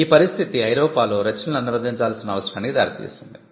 ఈ పరిస్థితి ఐరోపాలో రచనలను అనువదించాల్సిన అవసరానికి దారితీసింది